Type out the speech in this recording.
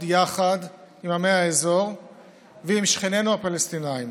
יחד עם עמי האזור ועם שכנינו הפלסטינים.